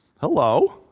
Hello